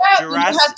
Jurassic